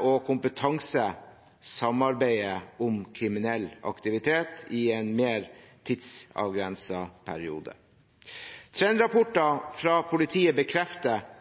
og kompetanse samarbeider om kriminell aktivitet i en mer tidsavgrenset periode. Trendrapporter fra politiet bekrefter